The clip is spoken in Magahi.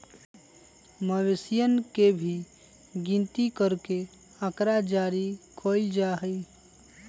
मवेशियन के भी गिनती करके आँकड़ा जारी कइल जा हई